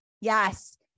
Yes